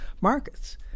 markets